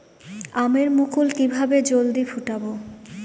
আমের মুকুল কিভাবে জলদি ফুটাব?